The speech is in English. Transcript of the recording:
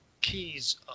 keys